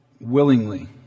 willingly